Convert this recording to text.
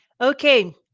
okay